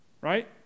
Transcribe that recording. right